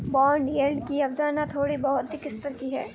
bond yield की अवधारणा थोड़ी अधिक स्तर की है